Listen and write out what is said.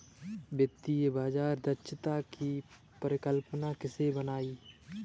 वित्तीय बाजार दक्षता की परिकल्पना किसने बनाई?